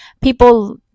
people